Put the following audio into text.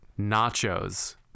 nachos